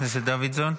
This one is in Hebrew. חבר הכנסת דוידסון.